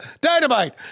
Dynamite